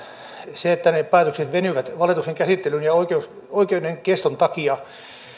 se että ne päätökset venyvät valituksen käsittelyn ja oikeuden keston takia